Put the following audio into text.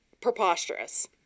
preposterous